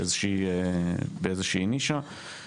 באיזושהי נישה.